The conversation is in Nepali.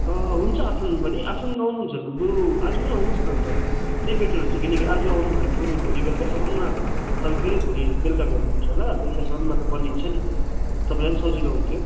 अँ हुन्छ आफ्टरनुन पनि आफ्टरनुन आउनुहुन्छ भने बरू आज नै आउनुहोस् न अन्त त्यही बेटर हुन्छ किनकि आज आउनुभयो भने बरू भोलि बेलुकासम्ममा तपाईँ फेरि भोलि बेलुका भ्याउनुहुन्छ बेलुकासम्ममा त बनिन्छ नि तपाईँलाई पनि सजिलो हुन्थ्यो